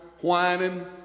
whining